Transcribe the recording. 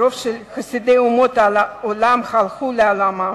כי רוב חסידי אומות העולם הלכו לעולמם.